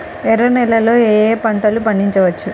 ఎర్ర నేలలలో ఏయే పంటలు పండించవచ్చు?